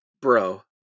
Bro